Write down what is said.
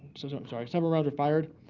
i'm sorry several rounds were fired.